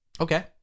okay